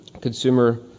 consumer